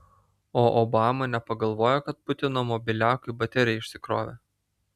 o obama nepagalvojo kad putino mobiliakui baterija išsikrovė